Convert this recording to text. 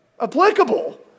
applicable